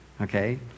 okay